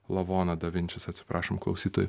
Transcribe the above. lavoną da vinčis atsiprašom klausytojų